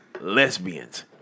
Lesbians